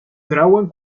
trauen